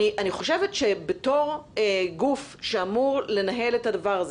אני חושבת שבתור גוף שאמור לנהל את העניין הזה,